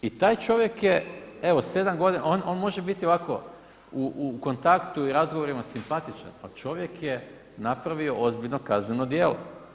I taj čovjek je evo sedam godina, on može biti ovako u kontaktu i razgovorima simpatičan, pa čovjek je napravio ozbiljno kazneno djelo.